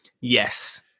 Yes